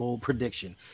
prediction